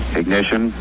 ignition